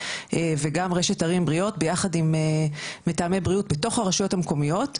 וגם רשת ערים בריאות ביחד עם מתאמי בריאות בתוך הרשויות המקומיות,